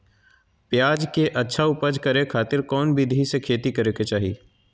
प्याज के अच्छा उपज करे खातिर कौन विधि से खेती करे के चाही?